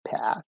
path